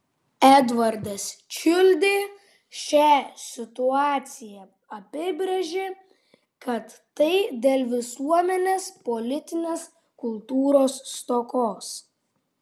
edvardas čiuldė šią situaciją apibrėžė kad tai dėl visuomenės politinės kultūros stokos